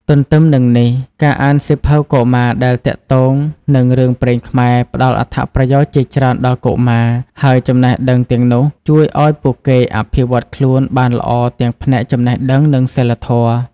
ទន្ទឹមនឹងនេះ ការអានសៀវភៅកុមារដែលទាក់ទងនឹងរឿងព្រេងខ្មែរផ្ដល់អត្ថប្រយោជន៍ជាច្រើនដល់កុមារ ហើយចំណេះដឹងទាំងនោះជួយឲ្យពួកគេអភិវឌ្ឍខ្លួនបានល្អទាំងផ្នែកចំណេះដឹង និងសីលធម៌។